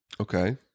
Okay